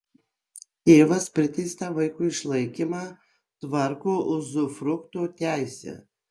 tėvas priteistą vaikui išlaikymą tvarko uzufrukto teise